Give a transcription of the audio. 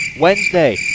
Wednesday